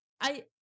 I-